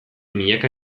milaka